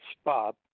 spot